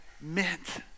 meant